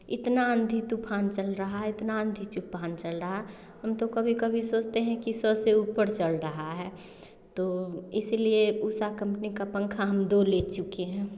इतना आँधी तूफ़ान चल रहा है इतना आँधी तूफ़ान चल रहा हम तो कभी कभी सोचते हैं कि सोचते है कि उपर चल रहा है तो इस लिए उषा कम्पनी का पंखा हम दो ले चुके हैं